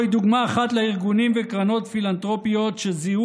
זוהי דוגמה אחת לארגונים וקרנות פילנתרופיות שזיהו